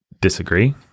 disagree